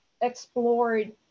explored